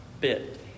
bit